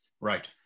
Right